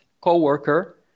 co-worker